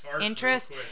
interest